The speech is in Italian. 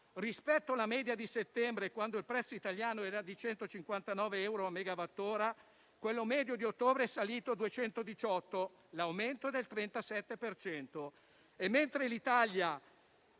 Rispetto alla media di settembre, quando il prezzo italiano era di 159 euro a megawattora, quello medio di ottobre è salito a 218 (l'aumento è del 37